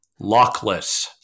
Lockless